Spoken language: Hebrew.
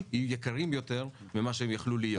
יהיו יקרים יותר ממה שהם יכלו להיות.